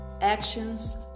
actions